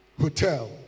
hotel